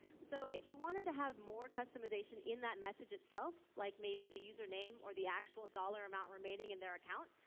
so if you wanted to have more customization in that message itself, like maybe the user name or the actual dollar amount remaining in their account,